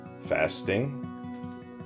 fasting